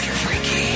freaky